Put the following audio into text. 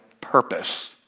purpose